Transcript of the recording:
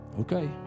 Okay